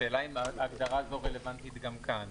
השאלה אם ההגדרה הזאת רלבנטית גם כאן?